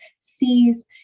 sees